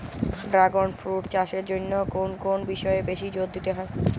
Dragon fruit চাষের জন্য কোন কোন বিষয়ে বেশি জোর দিতে হয়?